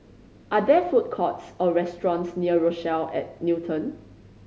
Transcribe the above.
are there food courts or restaurants near Rochelle at Newton